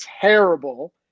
terrible